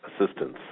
assistance